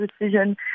decision